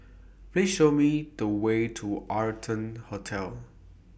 Please Show Me The Way to Arton Hotel